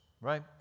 right